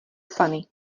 fany